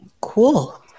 Cool